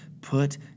Put